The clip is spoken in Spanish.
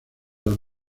las